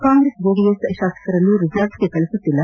ಕಾಂಗ್ರೆಸ್ ಜೆಡಿಎಸ್ ಶಾಸಕರನ್ನು ರೆಸಾರ್ಟ್ಗೆ ಕಳುಹಿಸುತ್ತಿಲ್ಲ